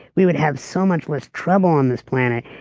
we would have so much less trouble on this planet.